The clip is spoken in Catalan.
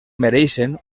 mereixen